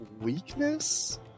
weakness